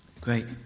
Great